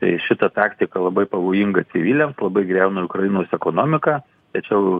tai šita taktika labai pavojinga civiliams labai griauna ukrainos ekonomiką tačiau